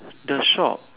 the shop